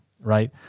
right